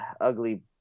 ugly